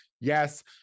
Yes